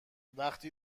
وقتی